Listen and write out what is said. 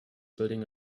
building